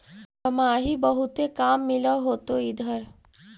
दमाहि बहुते काम मिल होतो इधर?